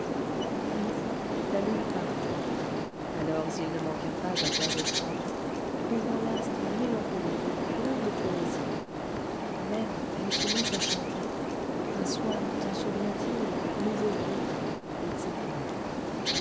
une fois la lune parut alors ils ne manquèrent pas à faire des phrases trouvant l'astre mélancolique et plein de poésie même elle se mit à chanter un soir t'en souvient-il nous voguions etc